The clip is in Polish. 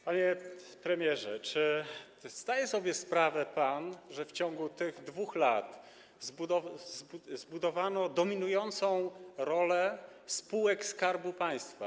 Panie premierze, czy zdaje pan sobie sprawę, że w ciągu tych 2 lat zbudowano dominującą rolę spółek Skarbu Państwa?